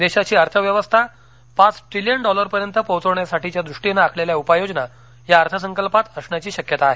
देशाची अर्थव्यवस्था पाच ट्रिलियन डॉलरपर्यंत पोहोचवण्यासाठीच्या द्रष्टिनं आखलेल्या उपाययोजना या अर्थसंकल्पात असण्याची शक्यता आहे